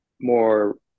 more